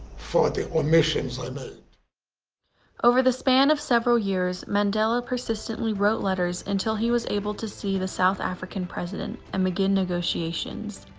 for the omissions i made. shephard over the span of several years, mandela persistently wrote letters until he was able to see the south african president and begin negotiations.